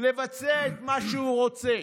לבצע את מה שהוא רוצה,